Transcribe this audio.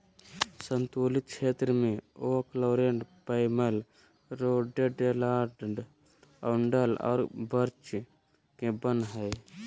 सन्तुलित क्षेत्र में oak, laurel, maple, rhododendron, alder और बर्च के वन हइ